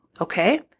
Okay